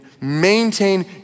maintain